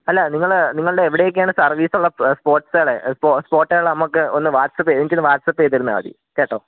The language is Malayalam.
അല്ല നിങ്ങൾ നിങ്ങളുടെ എവിടെയൊക്കെയാണ് സർവീസ് ഉള്ള സ്പോട്ടുകൾ സ് സ്പോട്ടുകൾ നമുക്കൊന്ന് വാട്ട്സാപ്പ് ചെ എനിക്കൊന്നു വാട്ട്സാപ്പ് ചെയ്തിരുന്നാൽ മതി കേട്ടോ